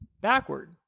backward